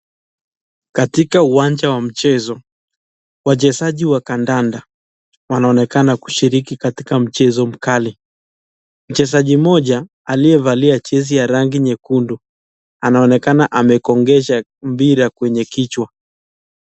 Katika uwanja wa mchezo, wachezaji wa kadanda wanaonekana kushiriki katika mchezo mkali, mchezaji mmoja alie valia jezi ya rangi nyekundu ana onekana amegongesha mpira kwenye kichwa.